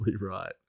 right